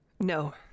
No